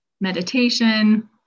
Meditation